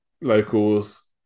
locals